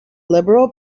liberal